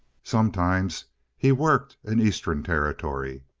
sometimes he worked an eastern territory.